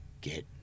get